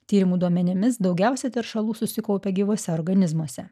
tyrimų duomenimis daugiausia teršalų susikaupia gyvuose organizmuose